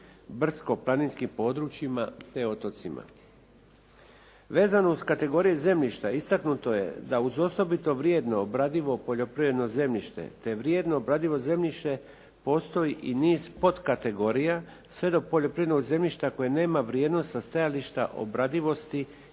brdsko planinskim područjima te otocima. Vezano uz kategorije zemljišta istaknuto je da uz osobito vrijedno obradivo poljoprivredno te vrijedno obradivo zemljište postoji i niz podkategorija …/Govornik se ne razumije/… poljoprivrednog zemljišta koji nema vrijednost sa stajališta obradivost